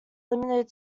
limited